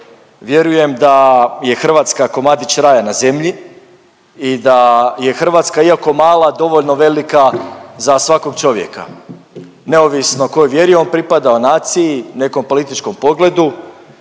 vjerujem da je Hrvatska komadić raja na zemlji i da je Hrvatska iako mala dovoljno velika za svakog čovjeka neovisno kojoj vjeri on pripadao, naciji, nekom političkom pogledu